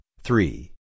three